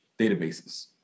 databases